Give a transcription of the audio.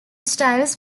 styles